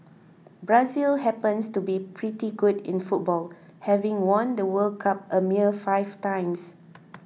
Brazil happens to be pretty good in football having won the World Cup a mere five times